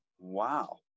Wow